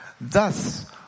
Thus